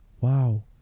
wow